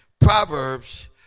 Proverbs